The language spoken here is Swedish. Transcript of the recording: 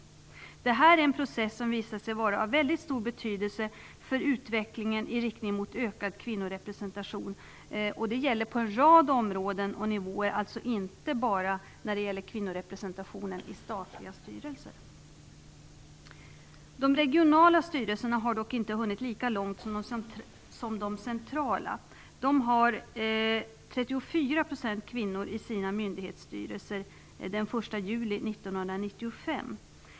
Det är en process som visat sig vara av väldigt stor betydelse för utvecklingen i riktning mot ökad kvinnorepresentation. Det gäller på en rad områden och nivåer - alltså inte bara när det gäller kvinnorepresentationen i statliga styrelser. De regionala styrelserna har dock inte hunnit lika långt som de centrala. Den 1 juli 1995 hade de 34 % kvinnor i sina myndighetsstyrelser.